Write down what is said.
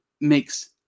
makes